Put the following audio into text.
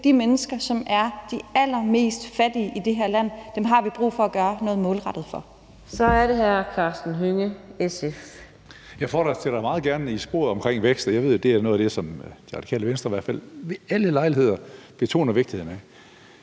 de mennesker, som er de allermest fattige i det her land. Dem har vi brug for at gøre noget målrettet for. Kl. 21:03 Fjerde næstformand (Karina Adsbøl): Så er det hr. Karsten Hønge, SF. Kl. 21:03 Karsten Hønge (SF): Jeg fortsætter meget gerne i sporet omkring vækst, og jeg ved, at det er noget af det, som Radikale Venstre i hvert fald ved alle lejligheder betoner vigtigheden af.